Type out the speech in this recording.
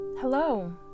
Hello